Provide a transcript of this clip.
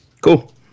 Cool